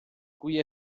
cui